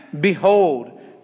Behold